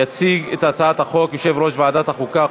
יציג את הצעת החוק יושב-ראש ועדת החוקה,